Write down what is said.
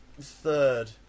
third